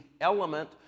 element